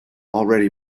already